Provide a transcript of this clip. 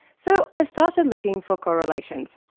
so i started looking for correlations.